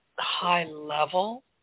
high-level